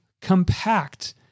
compact